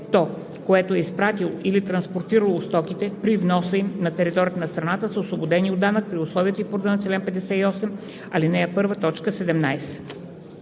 което е изпратило или транспортирало стоките, при вноса им на територията на страната са освободени от данък при условията и по реда на чл. 58, ал. 1, т.